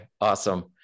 awesome